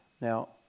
Now